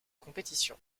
compétition